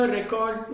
record